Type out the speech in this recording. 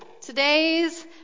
today's